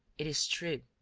it is true,